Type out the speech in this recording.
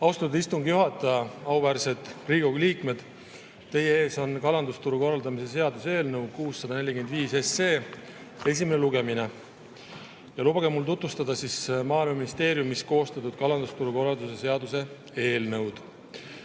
Austatud istungi juhataja! Auväärsed Riigikogu liikmed! Teie ees on kalandusturu korraldamise seaduse eelnõu 645 esimene lugemine ja lubage mul tutvustada Maaeluministeeriumis koostatud kalandusturu korraldamise seaduse eelnõu.